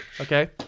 Okay